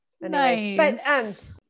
Nice